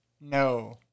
No